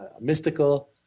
mystical